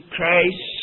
Christ